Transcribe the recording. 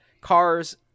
cars